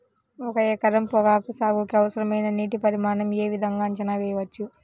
ఒక ఎకరం పొగాకు సాగుకి అవసరమైన నీటి పరిమాణం యే విధంగా అంచనా వేయవచ్చు?